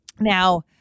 Now